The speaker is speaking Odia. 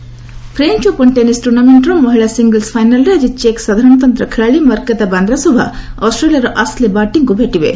French open French open tennis ଟୁର୍ଣ୍ଣାମେଣ୍ଟର ମହିଳା ସିଙ୍ଗଲ୍ସ୍ ଫାଇନାଲ୍ରେ ଆଜି ଚେକ୍ ସାଧାରଣତନ୍ତ୍ର ଖେଳାଳି ମର୍କେତା ବୋନ୍ଦ୍ରୋସୋଭା ଅଷ୍ଟ୍ରେଲିଆର ଆସ୍ଲେ ବାର୍ଟିଙ୍କୁ ଭେଟିବେ